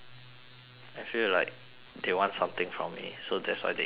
I feel like they want something from me so that's why they interrogate me